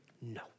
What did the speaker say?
No